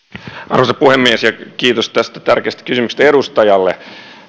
arvoisa puhemies kiitos edustajalle tästä tärkeästä kysymyksestä